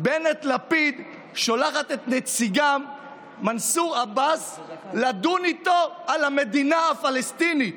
בנט-לפיד שולחת את נציגה מנסור עבאס לדון על המדינה הפלסטינית.